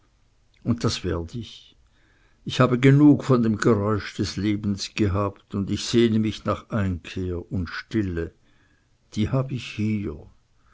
und das werd ich ich habe genug von dem geräusch des lebens gehabt und ich sehne mich nach einkehr und stille die hab ich hier